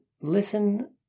listen